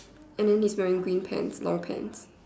and then he's wearing green pants long pants